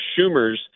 Schumer's